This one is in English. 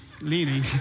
leaning